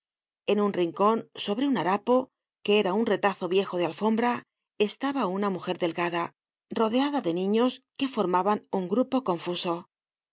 en un rincon sobre un harapo que era un retazo viejo de alfombra estaba una mujer delgada rodeada de niños que formaban un grupo confuso